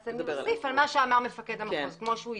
אני אוסיף על מה שאמר מפקד המחוז, כמו שהוא הציג.